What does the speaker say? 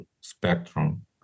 spectrum